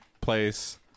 place